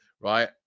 right